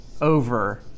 over